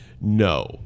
no